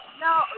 No